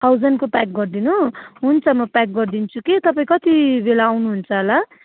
थाउजन्डको pack गरिदिनु हुन्छ म प्याक गरिदिन्छु कि तपाईँ कति बेला आउनुहुन्छ होला